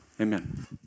amen